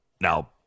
Now